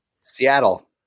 Seattle